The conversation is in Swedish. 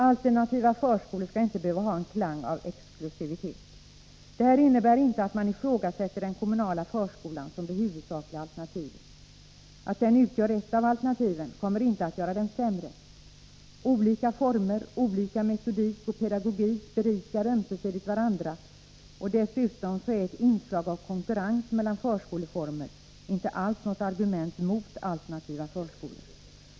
Alternativa förskolor skall inte behöva ha en klang av exklusivitet. Det här innebär inte att man ifrågasätter den kommunala förskolan som det huvudsakliga alternativet. Att den utgör ett av alternativen kommer inte att göra den sämre. Olika former, olika metoder och olika pedagogik berikar ömsesidigt varandra, och dessutom är ett inslag av konkurrens mellan förskoleformer inte alls något argument mot alternativa förskolor.